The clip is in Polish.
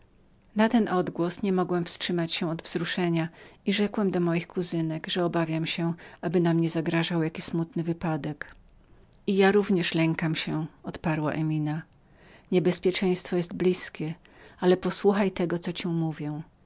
na ten odgłos niemogłem wstrzymać się od wzruszenia i rzekłem do dziewcząt że obawiam się aby nam nie zagrażał jaki smutny wypadek i ja również lękam się odparła emina nawet niebezpieczeństwo jest blizkiem ale posłuchaj tego co ci mówię